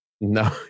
No